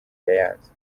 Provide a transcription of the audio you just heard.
yayanze